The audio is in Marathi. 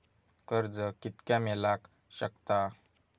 कर्ज कितक्या मेलाक शकता?